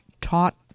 taught